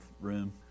room